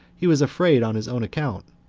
he was afraid on his own account,